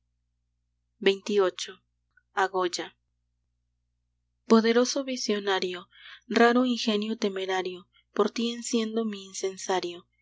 xxviii a goya poderoso visionario raro ingenio temerario por ti enciendo mi incensario